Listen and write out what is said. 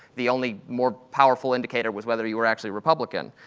the only more powerful indicator was whether you were actually republican.